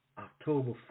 October